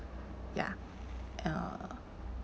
ya err